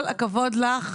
כל הכבוד לך.